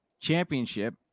championship